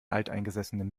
alteingesessenen